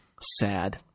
Sad